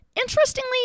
Interestingly